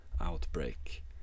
outbreak